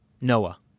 Noah